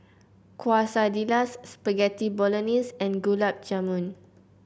Quesadillas Spaghetti Bolognese and Gulab Jamun